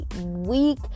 week